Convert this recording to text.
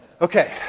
Okay